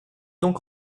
donc